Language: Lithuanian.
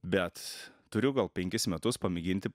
bet turiu gal penkis metus pamėginti